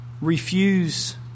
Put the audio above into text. refuse